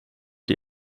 die